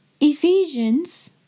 Ephesians